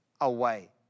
away